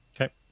Okay